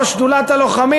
יושב-ראש שדולת הלוחמים,